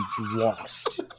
lost